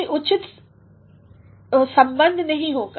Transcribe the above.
कोई उचित संबंध नहीं होगा